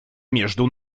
между